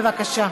בבקשה.